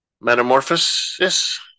Metamorphosis